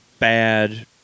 Bad